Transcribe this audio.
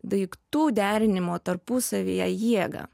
daiktų derinimo tarpusavyje jėgą